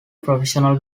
professional